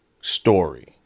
story